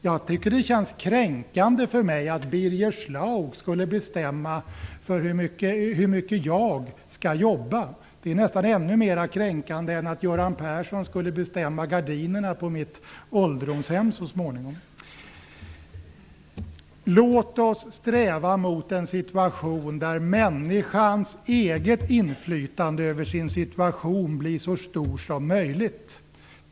Jag tycker att det skulle kännas kränkande om Birger Schlaug skulle bestämma hur mycket jag skall jobba. Det skulle nästan vara ännu mer kränkande än om Göran Persson skulle bestämma gardiner på mitt ålderdomshem så småningom. Låt oss sträva efter ett samhälle där människans eget inflytande över sin situation blir så stort som möjligt.